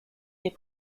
les